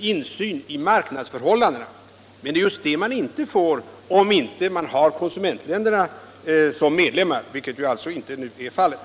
insyn i marknadsförhållandena, men det är just det man inte får, om man inte har konsumentländerna som medlemmar i organisationen, vilket alltså nu inte är fallet.